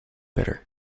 bitter